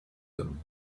them